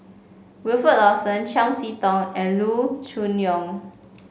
Wilfed Lawson Chiam See Tong and Loo Choon Yong